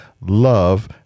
love